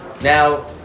Now